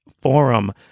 Forum